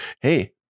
hey